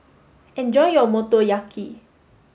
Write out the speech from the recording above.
enjoy your Motoyaki